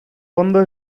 fondo